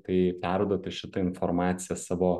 tai perduoti šitą informaciją savo